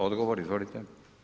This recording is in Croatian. Odgovor, izvolite.